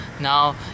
Now